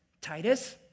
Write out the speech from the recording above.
Titus